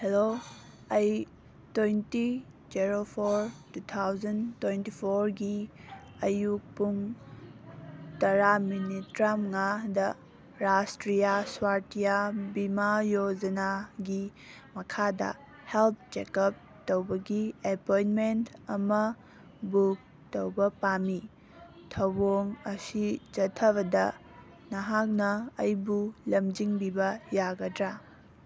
hello ꯑꯩ twenty zero four two thousand twenty ꯐꯣꯔꯒꯤ ꯑꯌꯨꯛ ꯄꯨꯡ ꯇꯔꯥ ꯃꯤꯅꯤꯠ ꯇ꯭ꯔꯥꯝꯉꯥꯗ ꯔꯥꯁꯇ꯭ꯔꯤꯌꯥ ꯁ꯭ꯋꯥꯁꯇꯤꯌꯥ ꯕꯤꯃꯥ ꯌꯣꯖꯅꯥꯒꯤ ꯃꯈꯥꯗ ꯍꯦꯜꯠ ꯆꯦꯀꯞ ꯇꯧꯕꯒꯤ ꯑꯦꯄꯣꯏꯟꯃꯦꯟ ꯑꯃ ꯕꯨꯛ ꯇꯧꯕ ꯄꯥꯝꯃꯤ ꯊꯧꯑꯣꯡ ꯑꯁꯤ ꯆꯠꯊꯕꯗ ꯅꯍꯥꯛꯅ ꯑꯩꯕꯨ ꯂꯝꯖꯤꯡꯕꯤꯕ ꯌꯥꯒꯗ꯭ꯔꯥ